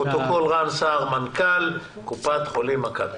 רן סער, מנכ"ל קופת חולים מכבי.